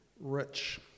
rich